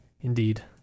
indeed